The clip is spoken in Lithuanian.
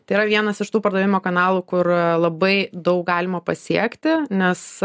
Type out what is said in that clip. tai yra vienas iš tų pardavimo kanalų kur labai daug galima pasiekti nes